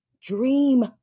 Dream